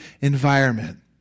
environment